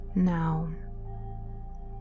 Now